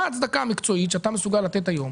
מה ההצדקה המקצועית שאתה מסוגל לומר היום